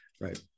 Right